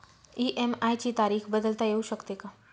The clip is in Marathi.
इ.एम.आय ची तारीख बदलता येऊ शकते का?